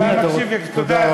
תודה.